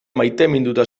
maiteminduta